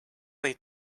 they